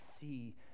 see